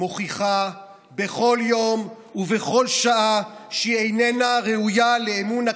מוכיחה בכל יום ובכל שעה שהיא איננה ראויה לאמון הכנסת.